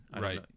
Right